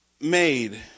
made